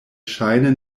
ŝajne